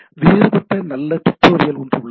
வேறுபட்ட நல்ல டுடோரியல் ஒன்று உள்ளது